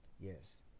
Yes